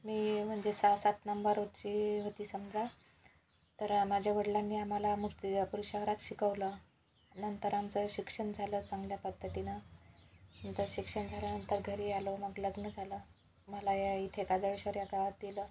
मी म्हणजे सा सात नंबरची होती समजा तर माझ्या वडीलांनी आम्हाला मग ते शहरात शिकवलं नंतर आमचं शिक्षण झालं चांगल्या पद्धतीनं नंतर शिक्षण झाल्यानंतर घरी आलो मग लग्न झालं मला या इथे काजळेश्वर या गावात दिलं